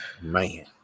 Man